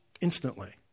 instantly